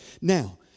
Now